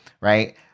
right